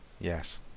Yes